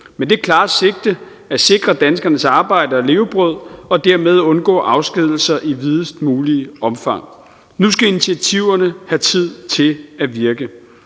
med det klare sigte at sikre danskernes arbejde og levebrød og dermed undgå afskedigelser i videst muligt omfang. Nu skal initiativerne have tid til at virke.